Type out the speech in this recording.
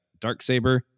Darksaber